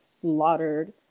slaughtered